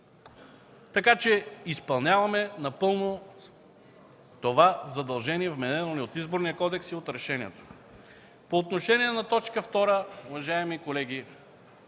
Така че изпълняваме напълно това задължение, вменено ни от Изборния кодекс и от решението. По отношение на т. 2, уважаеми колеги